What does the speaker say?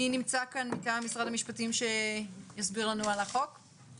מי נמצא כאן מטעם משרד המשפטים שיסביר לנו על התקנות?